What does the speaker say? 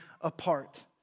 apart